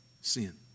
Sin